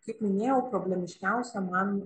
kaip minėjau problemiškiausia man